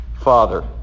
father